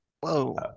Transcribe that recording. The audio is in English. Whoa